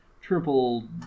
triple